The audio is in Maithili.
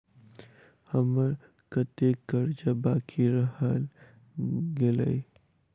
हम्मर कत्तेक कर्जा बाकी रहल गेलइ?